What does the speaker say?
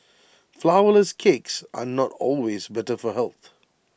Flourless Cakes are not always better for health